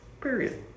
Period